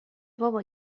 بابا